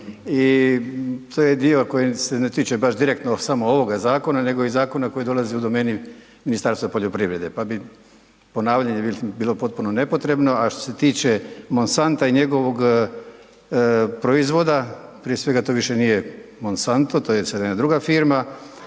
i to je dio koji se ne tiče baš direktno samo ovoga zakona, nego i zakona koji dolazi u domeni Ministarstva poljoprivrede, pa bi ponavljanje mislim bilo potpuno nepotrebno. A što se tiče Monsanta i njegovog proizvoda, prije svega to više nije Monsanto, to je sad jedna druga firma